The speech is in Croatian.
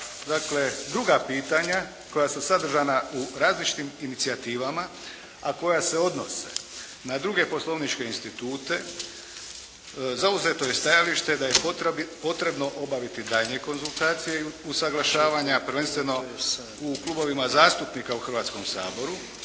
druga pitanja koja su sadržana u različitim inicijativama, a koja se odnose na druge poslovničke institute, zauzeto je stajalište da je potrebno obaviti daljnje konzultacije i usaglašavanja, a prvenstveno u klubovima zastupnika u Hrvatskom saboru,